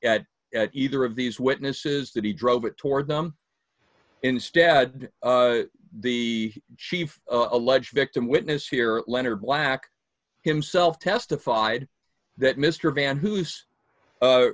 it either of these witnesses that he drove it toward them instead the chief alleged victim witness here leonard black himself testified that mr van ho